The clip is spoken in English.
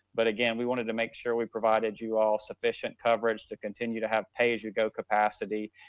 but again, we wanted to make sure we provided you all sufficient coverage to continue to have pay as you go capacity,